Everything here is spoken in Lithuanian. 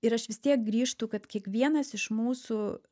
ir aš vis tiek grįžtu kad kiekvienas iš mūsų